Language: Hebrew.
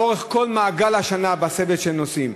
לאורך כל מעגל השנה יש סבל של הנוסעים.